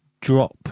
drop